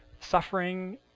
suffering